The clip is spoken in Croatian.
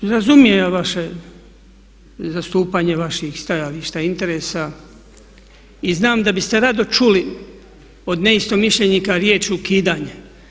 Razumijem ja vaše zastupanje vaših stajališta i interesa i znam da biste rado čuli od neistomišljenika riječ ukidanje.